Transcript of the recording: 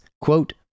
quote